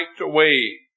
away